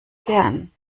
gern